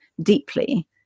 deeply